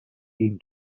این